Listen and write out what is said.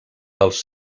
dels